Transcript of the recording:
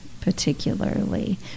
particularly